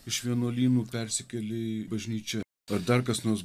iš vienuolynų persikėlė į bažnyčią ar dar kas nors